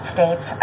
States